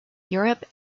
europe